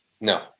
No